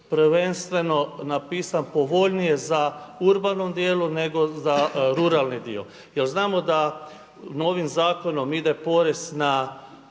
prvenstveno napisan povoljnije za urbanom dijelu, nego za ruralni dio. Jer znamo da novim zakonom ide porez na